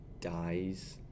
dies